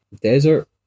desert